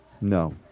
No